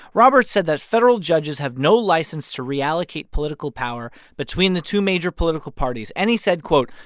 roberts said that federal judges have no license to reallocate political power between the two major political parties. and he said, quote,